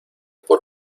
por